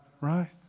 right